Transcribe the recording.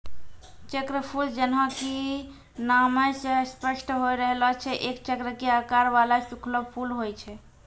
चक्रफूल जैन्हों कि नामै स स्पष्ट होय रहलो छै एक चक्र के आकार वाला सूखलो फूल होय छै